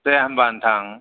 दे होनबा नोंथां